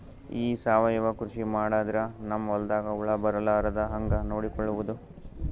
ಈ ಸಾವಯವ ಕೃಷಿ ಮಾಡದ್ರ ನಮ್ ಹೊಲ್ದಾಗ ಹುಳ ಬರಲಾರದ ಹಂಗ್ ನೋಡಿಕೊಳ್ಳುವುದ?